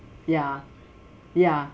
ya ya